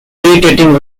irritating